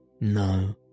No